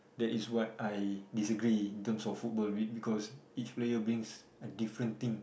that is what I disagree in terms of football be~ because each player brings a different thing